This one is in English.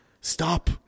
stop